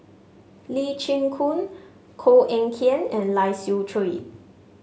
Lee Chin Koon Koh Eng Kian and Lai Siu Chiu